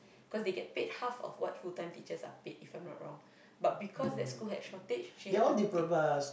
cause they get paid half of what full-time teachers are paid if I'm not wrong but because that school had shortage she had to take